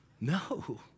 No